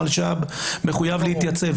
המלש"ב מחויב להתייצב,